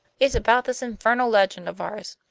it's about this infernal legend of ours.